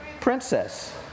princess